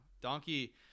donkey